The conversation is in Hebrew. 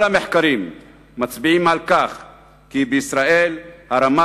כל המחקרים מצביעים על כך כי בישראל הרמה